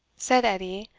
said edie,